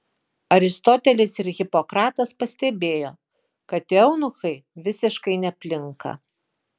aristotelis ir hipokratas pastebėjo kad eunuchai visiškai neplinka